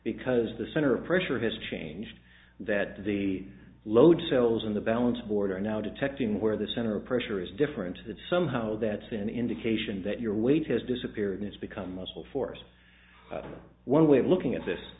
because the center of pressure has changed that the load cells in the balance board are now detecting where the center of pressure is different that somehow that's an indication that your weight his disappearance become muscle force one way of looking at this